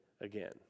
again